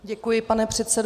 Děkuji, pane předsedo.